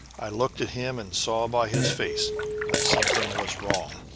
i looked at him and saw by his face that something was wrong.